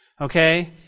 Okay